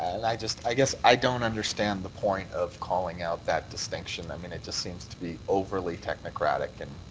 and i just i guess i don't understand the point of calling out that distinction. i mean, it just seems to be overly technocratic and.